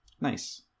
Nice